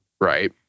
Right